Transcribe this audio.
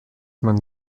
man